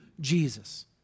Jesus